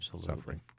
suffering